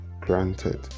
granted